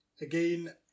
again